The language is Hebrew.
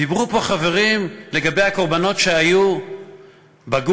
דיברו פה החברים על הקורבנות שהיו בגוש,